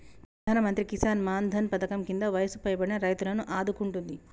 ప్రధానమంత్రి కిసాన్ మాన్ ధన్ పధకం కింద వయసు పైబడిన రైతులను ఆదుకుంటుంది